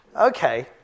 Okay